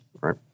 right